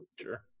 Sure